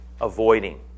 avoiding